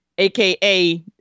AKA